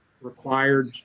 required